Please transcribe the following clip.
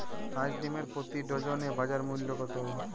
হাঁস ডিমের প্রতি ডজনে বাজার মূল্য কত?